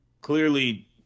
clearly